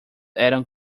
eram